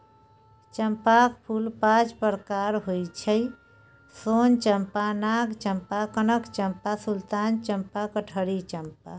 चंपाक फूल पांच प्रकारक होइ छै सोन चंपा, नाग चंपा, कनक चंपा, सुल्तान चंपा, कटहरी चंपा